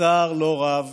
בצער לא רב